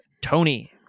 Tony